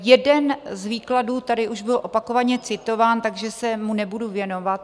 Jeden z výkladů tady už byl opakovaně citován, takže se mu nebudu věnovat.